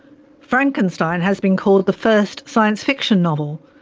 frankenstein has been called the first science fiction novel.